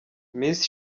miss